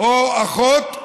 או אחות,